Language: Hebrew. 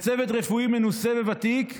לא היה צוות רפואי מנוסה וותיק,